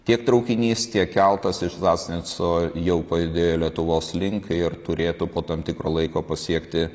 tiek traukinys tiek keltas iš zasnico jau pajudėjo lietuvos link ir turėtų po tam tikro laiko pasiekti